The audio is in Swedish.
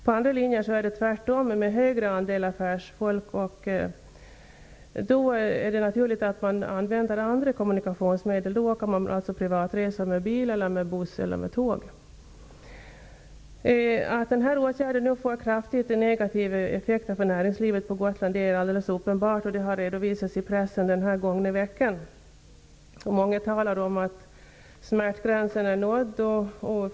På andra linjer är det tvärtom, man har en högre andel affärsfolk. Då är det naturligt att man använder andra kommunikationsmedel. Då gör man privatresor med bil, buss eller tåg. Att den här åtgärden får kraftigt negativa effekter för näringslivet på Gotland är alldeles uppenbart. Det har redovisats i pressen den gångna veckan. Många talar om att smärtgränsen är nådd.